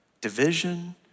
division